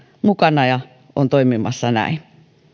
mukana ja on toimimassa näin